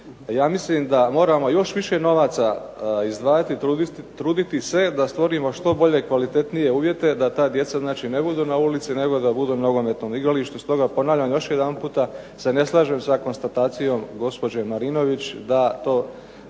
Ja mislim da moramo još više novca izdvajati, truditi se stvoriti što kvalitetnije uvjete da ta djeca ne budu na ulici nego na igralištu stoga ponavljam, još jedanput se ne slažem sa konstatacijom kolegice Marinović da to